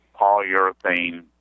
polyurethane